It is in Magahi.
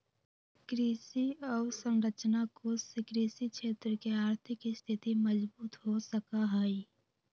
कृषि अवसरंचना कोष से कृषि क्षेत्र के आर्थिक स्थिति मजबूत हो सका हई